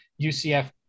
UCF